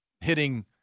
hitting